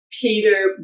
Peter